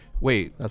wait